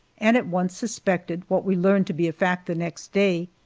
and at once suspected, what we learned to be a fact the next day,